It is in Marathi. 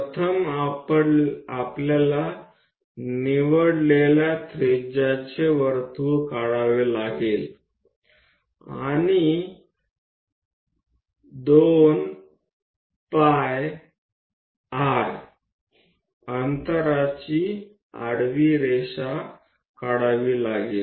प्रथम आपल्याला निवडलेल्या त्रिज्याचे वर्तुळ काढावे लागेल आणि 2πr अंतराची आडवी रेषा काढा